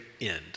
end